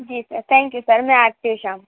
ji sir thank you sir मैं आती हूँ शाम